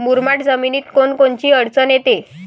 मुरमाड जमीनीत कोनकोनची अडचन येते?